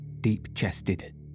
deep-chested